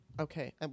Okay